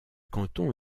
canton